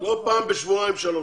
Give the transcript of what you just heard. פעם בשבועיים-שלוש.